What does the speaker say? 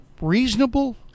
reasonable